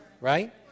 Right